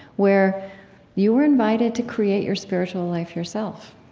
where you were invited to create your spiritual life yourself